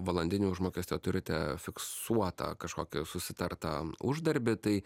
valandinį užmokestį o turite fiksuotą kažkokį susitartą uždarbį tai